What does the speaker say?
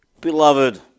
beloved